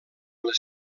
les